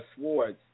swords